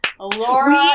Laura